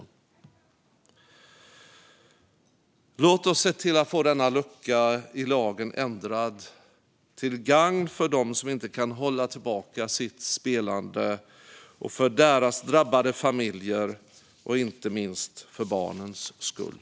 Låt oss se till att få denna lucka i lagen ändrad - till gagn för dem som inte kan hålla tillbaka sitt spelande, för deras drabbade familjers skull och inte minst för barnens skull!